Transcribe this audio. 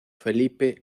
felipe